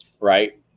Right